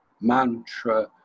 Mantra